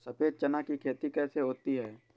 सफेद चना की खेती कैसे होती है?